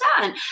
done